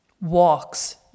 walks